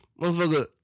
motherfucker